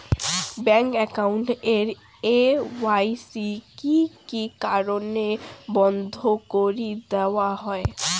Bank account এর KYC কি কি কারণে বন্ধ করি দেওয়া হয়?